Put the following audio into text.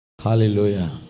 Hallelujah